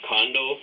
Condo